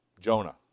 Jonah